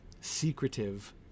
secretive